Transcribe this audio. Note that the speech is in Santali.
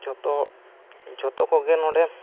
ᱡᱚᱛᱚ ᱡᱚᱛᱚ ᱠᱚᱜᱮ ᱱᱚᱰᱮ